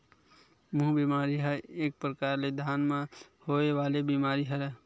माहूँ बेमारी ह एक परकार ले धान म होय वाले बीमारी हरय